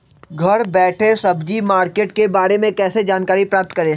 घर बैठे सब्जी मार्केट के बारे में कैसे जानकारी प्राप्त करें?